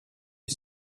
est